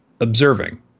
observing